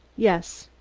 yes.